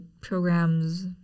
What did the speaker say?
programs